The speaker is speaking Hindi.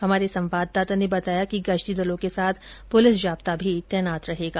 हमारे संवाददाता ने बताया कि गश्ती दलों के साथ पुलिस जाब्ता भी तैनात रहेगा